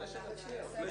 זה